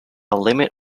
limit